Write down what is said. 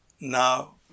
now